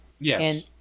Yes